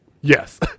yes